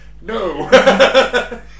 no